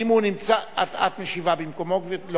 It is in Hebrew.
את משיבה במקומו, גברתי?